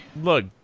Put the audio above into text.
look